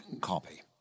copy